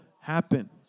happen